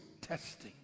testing